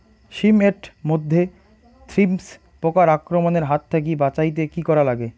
শিম এট মধ্যে থ্রিপ্স পোকার আক্রমণের হাত থাকি বাঁচাইতে কি করা লাগে?